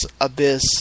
Abyss